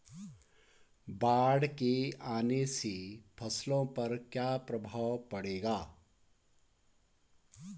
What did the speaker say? बाढ़ के आने से फसलों पर क्या प्रभाव पड़ेगा?